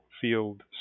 field